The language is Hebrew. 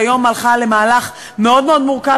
שהיום הלכה למהלך מאוד מאוד מורכב,